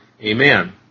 Amen